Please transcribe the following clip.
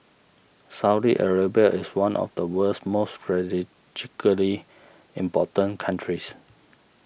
Saudi Arabia is one of the world's most strategically important countries